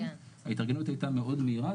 ההתארגנות הייתה מאוד מהירה,